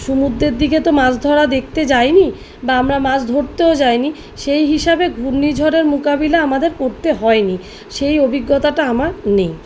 সমুদ্রের দিকে তো মাছ ধরা দেখতে যাই নি বা আমরা মাছ ধরতেও যাই নি সেই হিসাবে ঘূর্ণিঝড়ের মোকাবিলা আমাদের করতে হয় নি সেই অভিজ্ঞতাটা আমার নেই